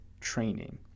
training